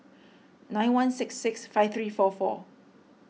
nine one six six five three four four